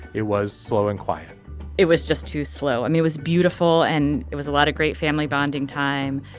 it was slow and quiet it was just too slow and it was beautiful and it was a lot of great family bonding time.